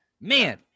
man